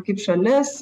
kaip šalis